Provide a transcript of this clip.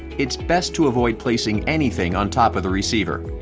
it's best to avoid placing anything on top of the receiver.